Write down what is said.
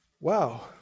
Wow